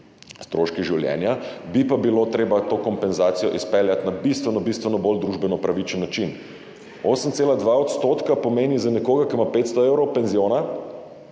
stroški življenja, bi pa bilo treba to kompenzacijo izpeljati na bistveno bistveno bolj družbeno pravičen način. 8,2 % pomeni za nekoga, ki ima 500 evrov penziona